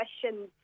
questions